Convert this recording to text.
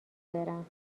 برم